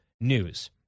news